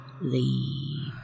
leave